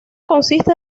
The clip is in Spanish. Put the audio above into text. consiste